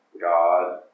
God